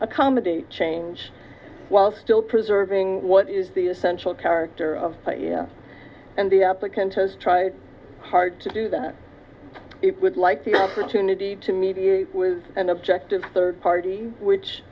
accommodate change while still preserving what is the essential character of and the applicant has tried hard to do that it would like the opportunity to meet with an objective third party which